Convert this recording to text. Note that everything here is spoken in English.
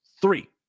three